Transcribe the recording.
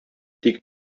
тик